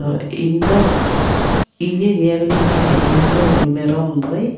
ᱛᱳ ᱤᱧᱫᱚ ᱤᱧᱮ ᱧᱮᱞ ᱞᱤᱧᱠᱷᱟᱱ ᱤᱧᱫᱚ ᱩᱱᱤ ᱢᱮᱨᱚᱢᱫᱚᱭ